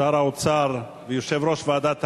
שר האוצר ויושב-ראש ועדת הכספים,